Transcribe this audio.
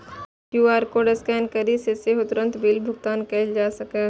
QR code scan करि कें सेहो तुरंत बिल भुगतान कैल जा सकैए